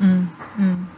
mm mm